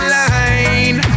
line